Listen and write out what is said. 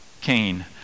Cain